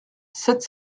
sept